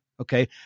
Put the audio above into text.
Okay